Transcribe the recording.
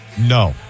No